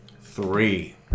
Three